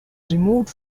removed